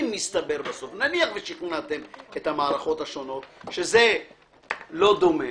נניח ששכנעתם את המערכות השונות שזה לא דומה